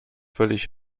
völlig